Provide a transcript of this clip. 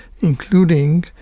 including